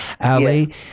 ali